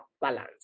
balance